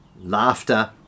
laughter